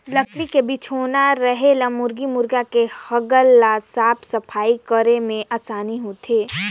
लकरी के बिछौना रहें ले मुरगी मुरगा के हगल ल साफ सफई करे में आसानी होथे